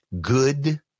good